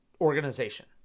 organization